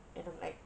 and I'm like